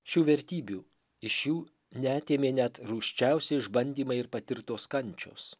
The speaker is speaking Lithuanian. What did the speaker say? šių vertybių iš jų neatėmė net rūsčiausi išbandymai ir patirtos kančios